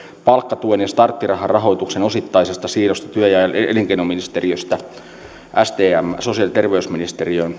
palkkatuen ja starttirahan rahoituksen osittainen siirto työ ja ja elinkeinoministeriöstä sosiaali ja terveysministeriöön